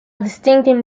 distinctive